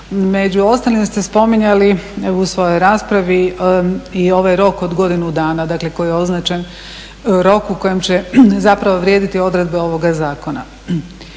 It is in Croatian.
među ostalim ste spominjali evo u svojoj raspravi i ovaj rok od godinu dana, dakle koji je označen rok u kojem će zapravo vrijediti odredbe ovoga zakona.